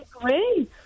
agree